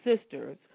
sisters